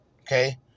Okay